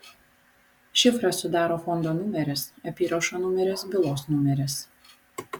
šifrą sudaro fondo numeris apyrašo numeris bylos numeris